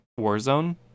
Warzone